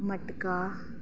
मटका